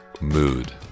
Mood